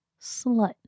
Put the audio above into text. slut